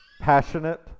Passionate